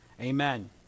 Amen